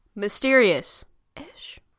mysterious-ish